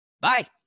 Bye